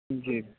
جی